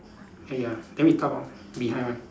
ya then we talk about behind one